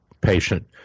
patient